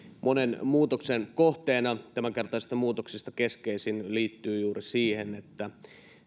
monen muutoksen kohteena tämänkertaisista muutoksista keskeisin liittyy juuri siihen että